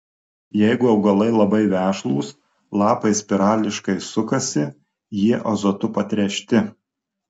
jeigu augalai labai vešlūs lapai spirališkai sukasi jie azotu patręšti